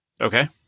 Okay